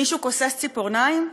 מישהו כוסס ציפורניים?